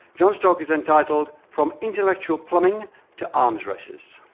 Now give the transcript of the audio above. john's talk is entitled from intellectual plumbing to arms races.